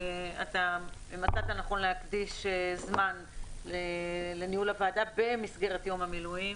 שמצאת לנכון להקדיש זמן לניהול הוועדה במסגרת יום המילואים.